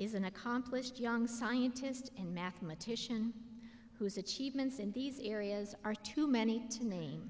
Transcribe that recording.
an accomplished young scientist and mathematician whose achievements in these areas are too many to name